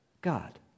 God